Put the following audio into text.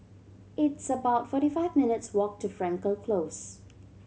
it's about forty five minutes' walk to Frankel Close